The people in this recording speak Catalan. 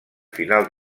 final